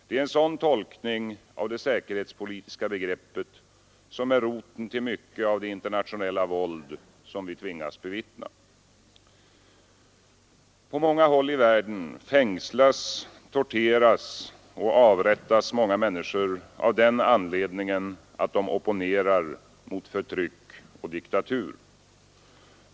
Det är en sådan tolkning av det säkerhetspolitiska begreppet som är roten till mycket av det internationella våld som vi tvingas bevittna. På många håll i världen fängslas, torteras och avrättas många människor av den anledningen att de opponerar mot förtryck och diktatur.